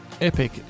epic